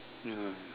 ya